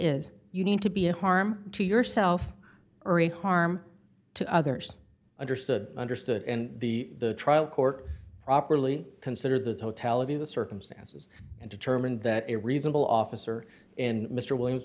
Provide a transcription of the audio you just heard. is you need to be a harm to yourself or a harm to others understood understood and the trial court properly considered the totality of the circumstances and determined that a reasonable officer in mr williams